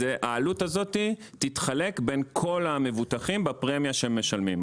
העלות הזאת תתחלק בין כל המבוטחים בפרמיה שמשלמים.